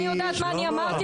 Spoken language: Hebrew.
אני יודעת מה אני אמרתי.